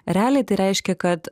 realiai tai reiškia kad